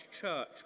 Church